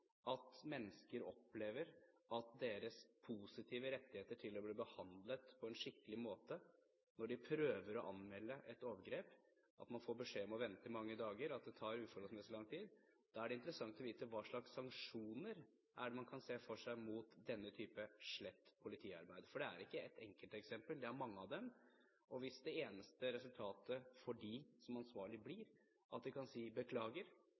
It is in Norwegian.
at mennesker opplever at deres positive rettigheter til å bli behandlet på en skikkelig måte tar uforholdsmessig lang tid, og for at man får beskjed om å vente mange dager når man prøver å anmelde overgrep? Da er det interessant å vite: Hva slags sanksjoner er det man kan se for seg mot denne type slett politiarbeid? For det er ikke ett enkelt eksempel, det er mange av dem, og hvis det eneste resultatet for de ansvarlige blir at de kan si